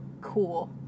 cool